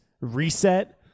reset